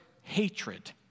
hatred